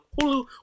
Hulu